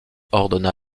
ordonna